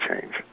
change